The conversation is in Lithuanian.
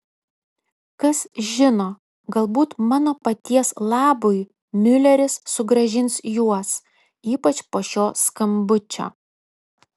kas žino galbūt mano paties labui miuleris sugrąžins juos ypač po šio skambučio